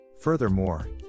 Furthermore